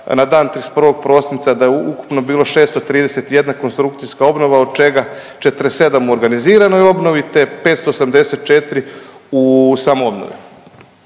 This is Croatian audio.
na dan 31. prosinca da je ukupno bilo 631 konstrukcijska obnova od čega 47 u organiziranoj obnovi, te 584 u samoobnovi.